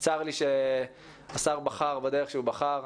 צר לי שהשר בחר בדרך שהוא בחר,